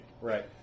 Right